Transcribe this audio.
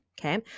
Okay